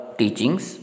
teachings